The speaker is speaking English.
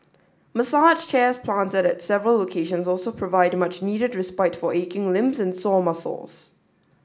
massage chairs planted at several locations also provide much needed respite for aching limbs and sore muscles